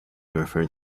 referred